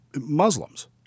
Muslims